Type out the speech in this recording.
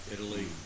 Italy